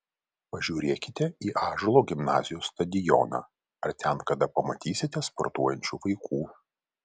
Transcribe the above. pažiūrėkite į ąžuolo gimnazijos stadioną ar ten kada pamatysite sportuojančių vaikų